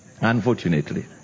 Unfortunately